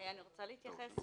רוצה להתייחס